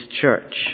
church